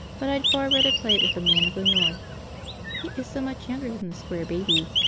but i'd far rather play it with the man of the north he is so much younger than the square baby,